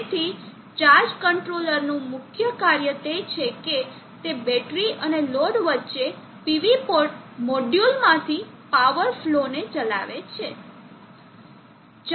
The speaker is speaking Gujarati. તેથી ચાર્જ કંટ્રોલરનું મુખ્ય કાર્ય તે છે કે તે બેટરી અને લોડ વચ્ચેના PV મોડ્યુલમાંથી પાવર ફ્લોને ચલાવે છે